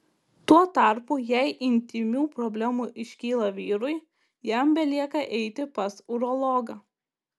tuo tarpu jei intymių problemų iškyla vyrui jam belieka eiti pas urologą